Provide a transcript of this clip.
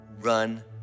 Run